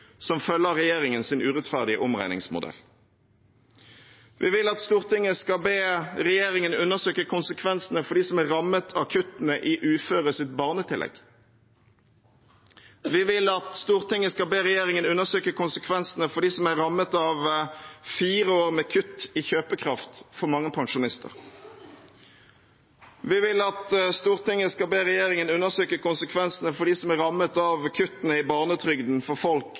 som følge av regjeringens urettferdige omregningsmodell. Vi vil at Stortinget skal be regjeringen undersøke konsekvensene for dem som er rammet av kuttene i uføres barnetillegg. Vi vil at Stortinget skal be regjeringen undersøke konsekvensene for dem som er rammet av fire år med kutt i kjøpekraft for mange pensjonister. Vi vil at Stortinget skal be regjeringen undersøke konsekvensene for dem som er rammet av kuttene i barnetrygden for folk